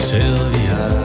Sylvia